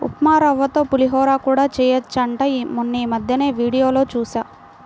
ఉప్మారవ్వతో పులిహోర కూడా చెయ్యొచ్చంట మొన్నీమద్దెనే వీడియోలో జూశా